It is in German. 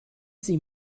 sie